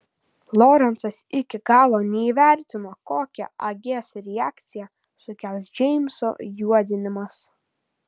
lorencas iki galo neįvertino kokią agės reakciją sukels džeimso juodinimas